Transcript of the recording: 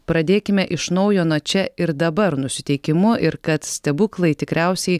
pradėkime iš naujo nuo čia ir dabar nusiteikimu ir kad stebuklai tikriausiai